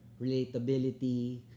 relatability